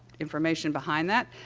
information behind that.